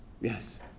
Yes